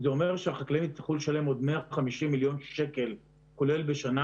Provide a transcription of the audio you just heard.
זה אומר שהחקלאים יצטרכו לשלם עוד 150 מיליון שקל בשנה,